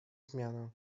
zmianę